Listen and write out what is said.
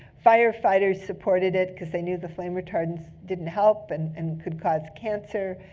firefighters supported it, because they knew the flame retardants didn't help and and could cause cancer.